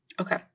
Okay